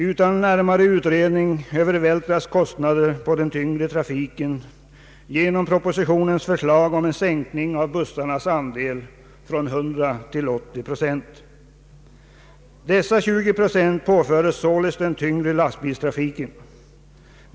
Utan närmare utredning övervältras kostnader på den tyngre trafiken genom propositionens förslag om en sänkning av bussarnas andel från 100 till 80 procent. Dessa 20 procent påföres således den tyngre lastbilstrafiken.